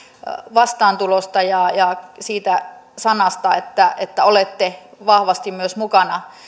vastaantulosta ja ja siitä sanasta että että olette vahvasti myös mukana